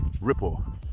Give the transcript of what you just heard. ripple